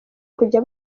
kujya